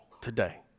today